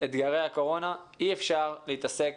אתגרי הקורונה, אי אפשר להתעסק